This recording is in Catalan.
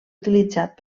utilitzat